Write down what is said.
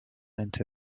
into